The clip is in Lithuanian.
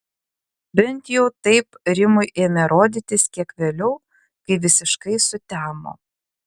bent jau taip rimui ėmė rodytis kiek vėliau kai visiškai sutemo